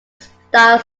style